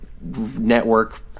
network